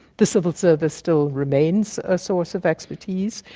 the civil service still remains a source of expertise.